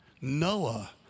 Noah